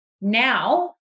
now